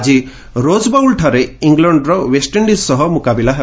ଆଜି ରୋଜ ବାଉଲ୍ଠାରେ ଇଲଣ୍ଡର ଓ୍ୱେଷ୍ଟଇଣ୍ଡିଜ୍ ସହ ମୁକାବିଲା ହେବ